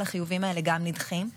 ראש האופוזיציה סיפר סיפורים עצובים וקשים.